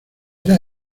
era